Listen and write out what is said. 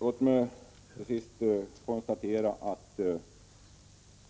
Låt mig till sist konstatera att